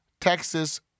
Texas